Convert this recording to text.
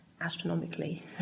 astronomically